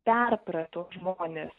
perprato žmones